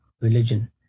religion